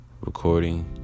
Recording